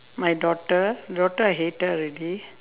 my daughter daughter I hate her already